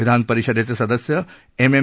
विधान परिषदेचे सदस्य एम एम